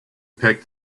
picked